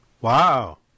Wow